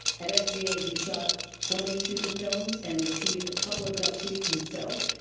at sva, he shot twenty student films and received a couple of dustys himself.